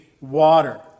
water